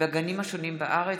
בגנים השונים בארץ.